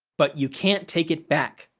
but, you can't take it back.